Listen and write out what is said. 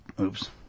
oops